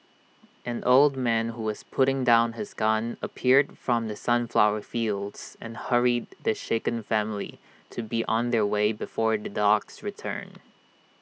an old man who was putting down his gun appeared from the sunflower fields and hurried the shaken family to be on their way before the dogs return